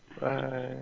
Bye